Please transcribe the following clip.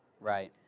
Right